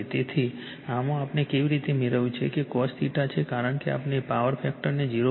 તેથી આમાં આપણે કેવી રીતે મેળવ્યું છે તે cos છે કારણ કે આપણે પાવર ફેક્ટરને 0